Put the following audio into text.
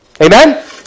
Amen